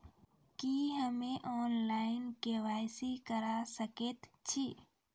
की हम्मे online, KYC करा सकैत छी?